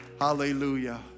Hallelujah